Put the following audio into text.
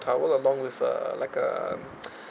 cover along with uh like um